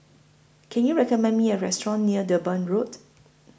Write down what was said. Can YOU recommend Me A Restaurant near Durban Road